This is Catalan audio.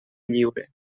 lliure